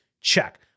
check